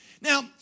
Now